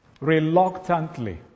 Reluctantly